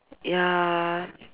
ya